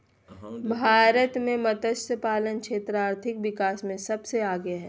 भारत मे मतस्यपालन क्षेत्र आर्थिक विकास मे सबसे आगे हइ